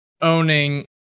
owning